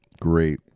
great